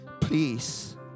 Please